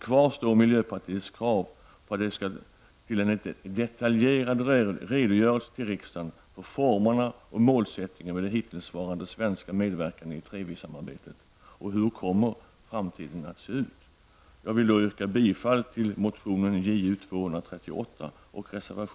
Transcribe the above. Kvar står miljöpartiets krav på att det skall till en detaljerad redogörelse till riksdagen för formerna och målsättningen med det hittillsvarande svenska medverkandet i TREVI-samarbetet. Hur kommer framtiden att se ut?